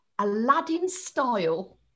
Aladdin-style